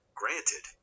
granted